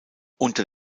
unter